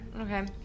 Okay